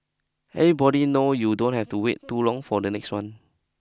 everybody knows you don't have to wait too long for the next one